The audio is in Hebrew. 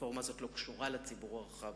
הרפורמה הזאת לא קשורה לציבור הרחב.